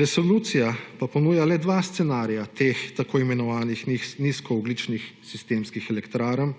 Resolucija pa ponuja le dva scenarija teh tako imenovanih nizkoogljičnih sistemskih elektrarn,